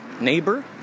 neighbor